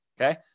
Okay